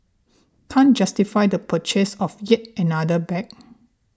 can't justify the purchase of yet another bag